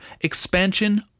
expansion